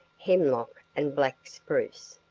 hemlock and black spruce.